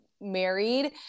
married